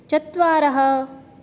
चत्वारः